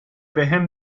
بهم